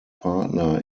partner